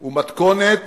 הוא מתכונת